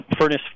furnace